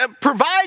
provide